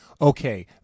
okay